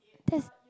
that's